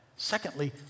Secondly